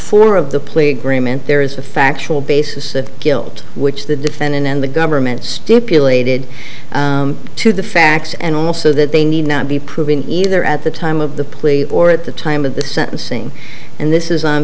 four of the plea agreement there is a factual basis of guilt which the defendant and the government stipulated to the facts and also that they need not be proven either at the time of the plea or at the time of the sentencing and this is on